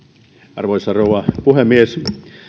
arvoisa rouva puhemies